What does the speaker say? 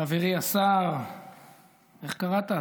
חברי השר, איך קראת?